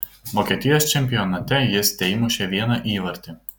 vokietijos čempionate jis teįmušė vieną įvartį